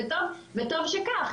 וטוב שכך,